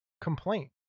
complaint